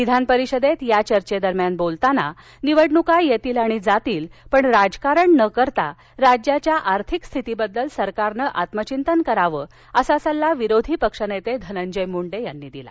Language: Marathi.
विधानपरिषदेत या चर्चेदरम्यान बोलताना निवडणुका येतील जातील पण राजकारण न करता राज्याच्या आर्थिक स्थितीबद्दल सरकारनं आत्मचिंतन करावं असा सल्ला विरोधी पक्षनेते धनंजय मुंडे यांनी दिला